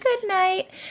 goodnight